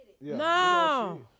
No